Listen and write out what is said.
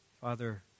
Father